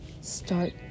Start